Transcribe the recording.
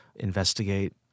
investigate